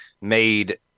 made